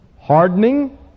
Hardening